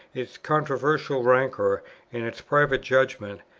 its controversial rancour, and its private judgment.